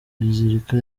bazilika